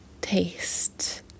taste